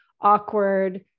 awkward